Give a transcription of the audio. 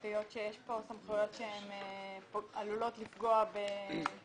עושים פיקדונות ותרומות ונותנים הלוואות בלי ריבית.